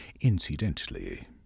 Incidentally